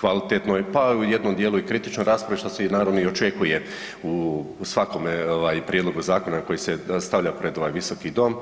kvalitetnoj pa u jednom dijelu i kritičnoj raspravi što se naravno i očekuje u svakom ovaj prijedlogu zakona koji se stavlja pred ovaj visoki dom.